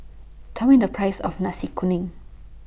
Tell Me The Price of Nasi Kuning